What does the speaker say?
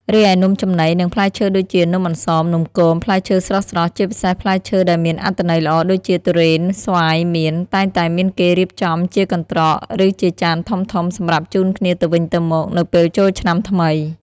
រីឯនំចំណី និងផ្លែឈើដូចជា នំអន្សម នំគម ផ្លែឈើស្រស់ៗ ជាពិសេសផ្លែឈើដែលមានអត្ថន័យល្អដូចជា ទុរេន ស្វាយ មៀន តែងតែមានគេរៀបចំជាកន្ត្រក ឬជាចានធំៗសម្រាប់ជូនគ្នាទៅវិញទៅមកនៅពេលចូលឆ្នាំថ្មី។